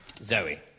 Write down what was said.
Zoe